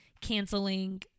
canceling